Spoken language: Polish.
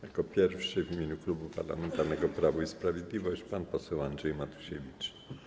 Jako pierwszy w imieniu Klubu Parlamentarnego Prawo i Sprawiedliwość głos zabierze pan poseł Andrzej Matusiewicz.